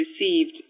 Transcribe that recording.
received